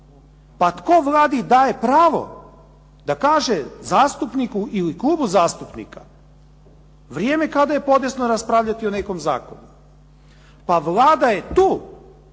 Pa tko Vladi daje pravo da kaže zastupniku ili klubu zastupnika vrijeme kada je podesno raspravljati o nekom zakonu? Pa Vlada je tu